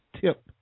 tip